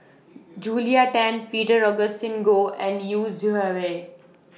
Julia Tan Peter Augustine Goh and Yu Zhuye